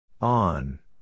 On